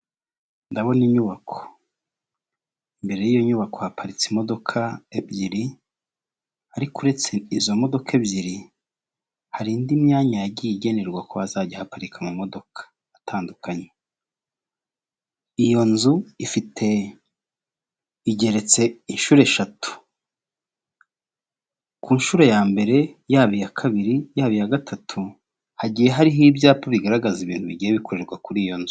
Ndabona inyubako mbere y'iyo nyubako haparitse imodoka ebyiri ariko uretse izo modoka ebyiri hari indi myanya yagiye igenerwa ko azajya haparika amamodoka atandukanye. Iyo nzu i igeretse inshuro eshatu, ku nshuro ya mbere, yaba iya kabiri, yaba iya gatatu, hagiye hariho ibyapa bigaragaza ibintu bigiye bikorerwa kuri iyo nzu.